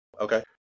okay